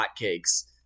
hotcakes